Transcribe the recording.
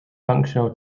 functional